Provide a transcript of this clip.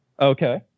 Okay